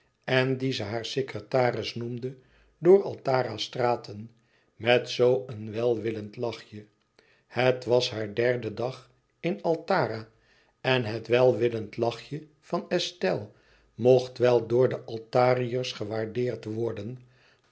en dien ze haar secretaris noemde door altara's straten met zoo een welwillend lachje het was haar derde dag in altara en het welwillend lachje van estelle mocht wel door de altariërs gewaardeerd worden